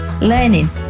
learning